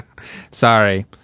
Sorry